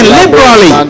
liberally